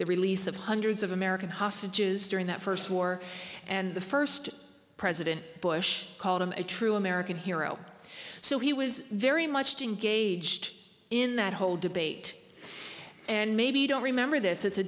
the release of hundreds of american hostages during that first war and the first president bush called him a true american hero so he was very much to engaged in that whole debate and maybe you don't remember this